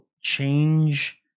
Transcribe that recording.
change